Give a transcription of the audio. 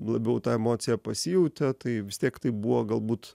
labiau ta emocija pasijautė tai vis tiek tai buvo galbūt